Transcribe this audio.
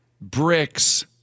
bricks